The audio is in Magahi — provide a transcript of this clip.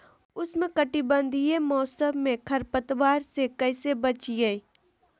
उष्णकटिबंधीय मौसम में खरपतवार से कैसे बचिये?